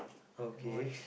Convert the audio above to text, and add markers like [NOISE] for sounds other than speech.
okay [BREATH]